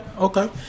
okay